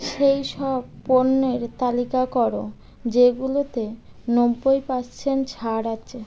সেই সব পণ্যের তালিকা করো যেগুলোতে নব্বই পার্সেন্ট ছাড় আছে